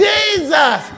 Jesus